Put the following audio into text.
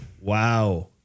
Wow